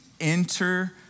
enter